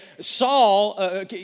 Saul